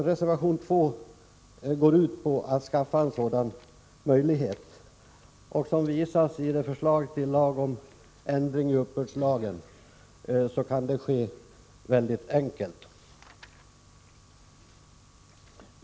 Reservation 2 går ut på att skapa en sådan möjlighet. Som det visas i ett förslag till lag om ändring i uppbördslagen kan detta ske väldigt enkelt.